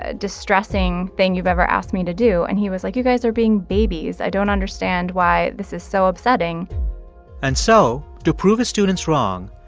ah distressing thing you've ever asked me to do. and he was like, you guys are being babies. i don't understand why this is so upsetting and so to prove his students wrong,